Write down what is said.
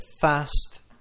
fast